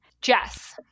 Jess